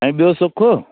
साईं ॿियो सुखु